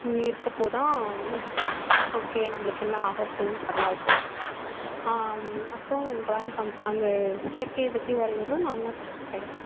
இருக்கப்போதான் okay நம்மளுக்கு என்ன ஆக போகுதுனு தெரில அப்படி சொல்லிட்டு சொன்னேன் அப்றம் ட்ராயிங் அந்த இயற்கையை பற்றி வரைகிறதும் நான் தான் ஃபர்ஸ்ட் ப்ரைஸ்